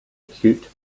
cute